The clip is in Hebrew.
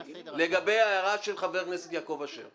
לגבי ההערה של חבר הכנסת יעקב אשר.